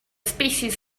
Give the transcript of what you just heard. species